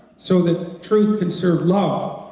so that truth can serve love,